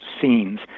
scenes